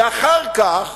ואחר כך